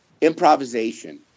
improvisation